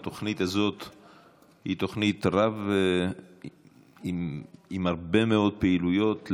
התוכנית הזאת היא תוכנית עם הרבה מאוד פעילויות,